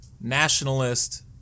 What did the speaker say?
nationalist